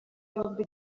yombi